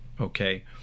Okay